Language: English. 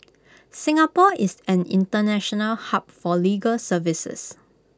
Singapore is an International hub for legal services